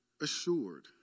assured